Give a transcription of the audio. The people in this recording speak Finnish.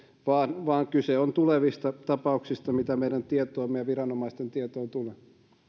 vaan vaan kyse on tulevista tapauksista mitkä meidän tietoomme ja viranomaisten tietoon tulevat